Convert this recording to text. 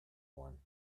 one